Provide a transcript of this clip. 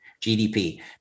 GDP